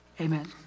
Amen